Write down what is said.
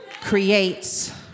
creates